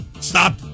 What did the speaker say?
Stop